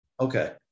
Okay